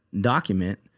document